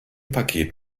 paket